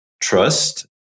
trust